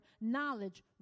knowledge